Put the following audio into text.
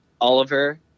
Oliver